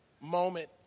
moment